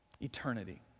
Eternity